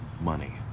money